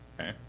Okay